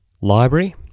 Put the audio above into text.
library